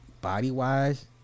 body-wise